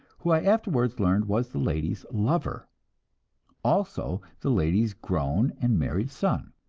who i afterwards learned was the lady's lover also the lady's grown and married son.